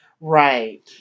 right